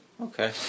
Okay